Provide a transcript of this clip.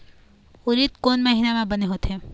उरीद कोन महीना म बने होथे?